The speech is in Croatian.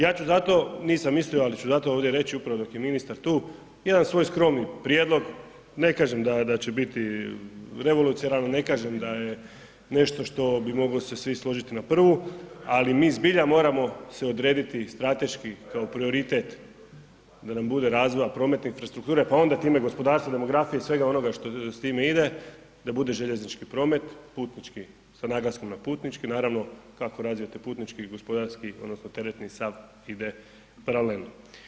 Ja ću zato, nisam mislio ali ću zato ovdje reći upravo dok je ministar tu jedan svoj skromni prijedlog, ne kažem da će biti revolucionaran, ne kažem da je nešto što bi mogli se svi složiti na prvu, ali mi zbilja moramo se odrediti strateški kao prioritet da nam bude razvoja prometne infrastrukture, pa onda time gospodarstva, demografije i svega onoga što s time ide, da bude željeznički promet, putnički sa naglasnom na putnički naravno kako razvijate putnički i gospodarski odnosno teretni i sav ide problem.